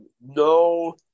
no